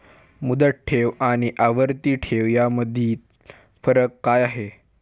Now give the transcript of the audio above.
मुदत ठेव आणि आवर्ती ठेव यामधील फरक काय आहे?